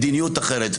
מדיניות אחרת,